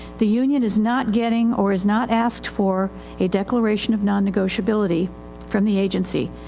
the union is not getting or has not asked for a declaration of non-negotiability from the agency.